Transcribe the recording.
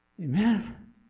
Amen